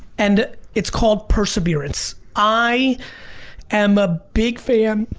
and it's called perseverance. i am a big fan,